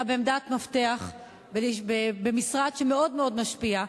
אתה בעמדת מפתח במשרד שמאוד מאוד משפיע.